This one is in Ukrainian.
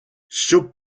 щоб